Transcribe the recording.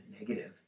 negative